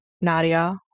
Nadia